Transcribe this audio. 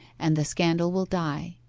and the scandal will die.